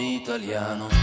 italiano